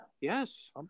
yes